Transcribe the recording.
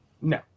No